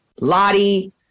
Lottie